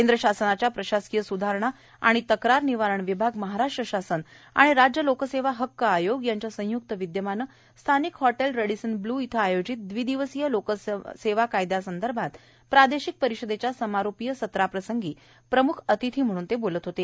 केंद्र शासनाच्या प्रशासकीय सुधारणा व तक्रार निवारण विभाग महाराष्ट्र शासन आणि राज्य लोकसेवा हक्क आयोग यांच्या संय्क्त विद्यमाने स्थानिक हॉटेल रेडिसन ब्ल्यू येथे आयोजित द्विदिवसीय लोकसेवा कायद्यासंदर्भात प्रादेशिक परिषदेच्या समारोपीय सत्राप्रसंगी प्रमुख अतिथी म्हणून ते बोलत होते